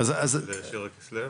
לשירה כסלו.